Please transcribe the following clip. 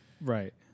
Right